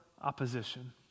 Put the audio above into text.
opposition